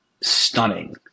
stunning